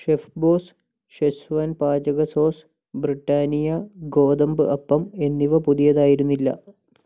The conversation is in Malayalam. ഷെഫ്ബോസ് ഷെസ്വാൻ പാചക സോസ് ബ്രിട്ടാനിയ ഗോതമ്പ് അപ്പം എന്നിവ പുതിയതായിരുന്നില്ല